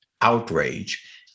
outrage